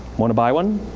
want to buy one?